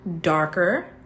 darker